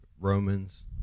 Romans